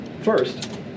First